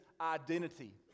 identity